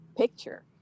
picture